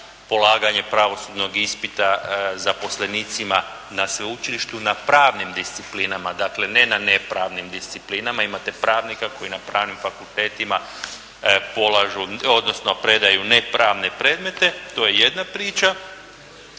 polaganje pravosudnog ispita zaposlenicima na sveučilištu na pravnim disciplinama, dakle ne na nepravnim disciplinama. Imate pravnika koji na pravnim fakultetima predaju nepravne predmete. To je jedna priča,